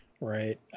Right